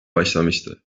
başlamıştı